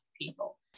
people